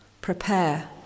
Prepare